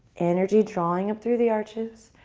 energy drawing up through the arches,